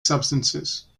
substances